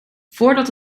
voordat